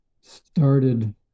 started